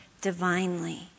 divinely